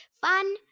Fun